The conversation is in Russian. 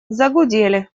загудели